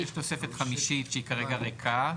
יש תוספת חמישית שהיא כרגע ריקה,